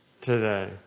today